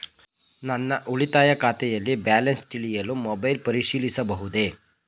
ನನ್ನ ಉಳಿತಾಯ ಖಾತೆಯಲ್ಲಿ ಬ್ಯಾಲೆನ್ಸ ತಿಳಿಯಲು ಮೊಬೈಲ್ ಪರಿಶೀಲಿಸಬಹುದೇ?